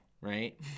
right